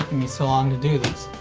me so long to do this.